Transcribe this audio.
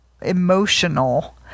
emotional